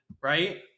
right